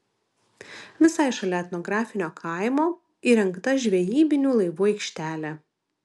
visai šalia etnografinio kaimo įrengta žvejybinių laivų aikštelė